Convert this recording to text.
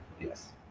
Yes